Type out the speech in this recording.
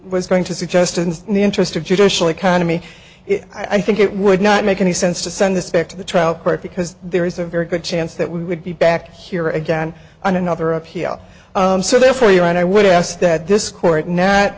was going to suggest in the interest of judicial economy i think it would not make any sense to send this back to the trial court because there is a very good chance that we would be back here again on another appeal so therefore your honor i would ask that this court no